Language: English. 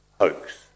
hoax